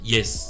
Yes